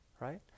right